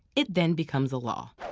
it then becomes a law.